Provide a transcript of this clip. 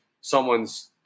someone's